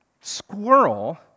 squirrel